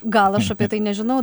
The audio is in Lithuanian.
gal aš apie tai nežinau